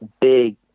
big